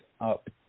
up